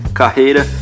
carreira